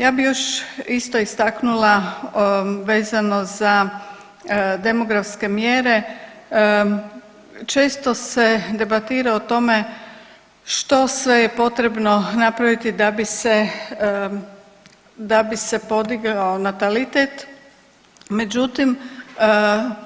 Ja bi još isto istaknula vezano za demografske mjere, često se debatira o tome što sve je potrebno napraviti da bi se, da bi se podigao natalitet međutim